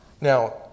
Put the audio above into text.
Now